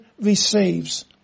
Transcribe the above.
receives